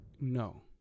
No